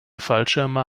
fallschirme